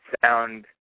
sound